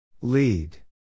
Lead